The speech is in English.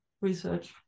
research